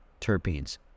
terpenes